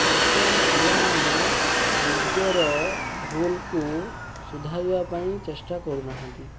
ବର୍ତ୍ତମାନ ପିଲାମାନେ ନିଜର ଭୁଲକୁ ସୁଧାରିବା ପାଇଁ ଚେଷ୍ଟା କରୁନାହାନ୍ତି